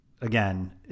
again